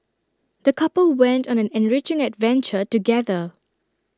the couple went on an enriching adventure together